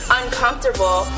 uncomfortable